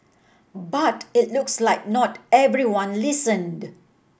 but it looks like not everyone listened